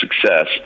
success